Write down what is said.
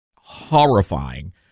horrifying